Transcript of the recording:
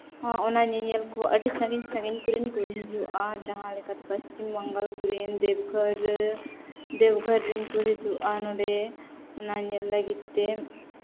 ᱚᱱᱟ ᱧᱮᱧᱮᱞ ᱠᱚ ᱟᱹᱰᱤ ᱥᱟᱺᱜᱤᱧ ᱥᱟᱺᱜᱤᱧ ᱠᱚᱨᱮᱱ ᱠᱚ ᱦᱤᱡᱩᱜᱼᱟ ᱡᱟᱦᱟᱸ ᱞᱮᱠᱟ ᱯᱚᱥᱪᱤᱢ ᱵᱟᱝᱜᱟᱞ ᱠᱚᱨᱮᱱ ᱫᱮᱣ ᱜᱷᱚᱨ ᱫᱮᱣ ᱜᱷᱚᱨ ᱨᱮᱱ ᱠᱚ ᱦᱤᱡᱩᱜᱼᱟ ᱱᱚᱰᱮ ᱚᱱᱟ ᱧᱮᱞ ᱞᱟᱹᱜᱤᱫ ᱛᱮ